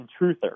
truther